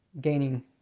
gaining